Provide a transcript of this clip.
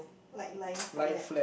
like lying flat